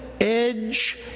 edge